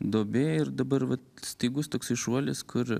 duobė ir dabar va staigus toksai šuolis kur